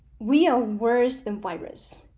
we are worse than virus?